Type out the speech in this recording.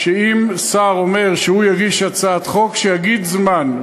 שאם שר אומר שהוא יגיש הצעת חוק, שיגיד זמן.